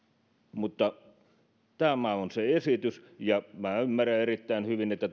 mutta tämä on se esitys minä ymmärrän erittäin hyvin että